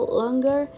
longer